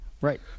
Right